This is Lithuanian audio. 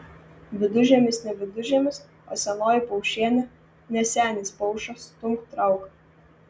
vidužiemis ne vidužiemis o senoji paušienė ne senis pauša stumk trauk